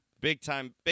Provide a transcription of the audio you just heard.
big-time